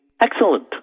excellent